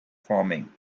farming